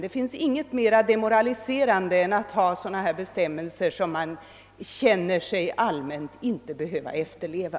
Det finns inget mer demoraliserande än att ha bestämmelser som man allmänt tycker sig inte behöva efterleva.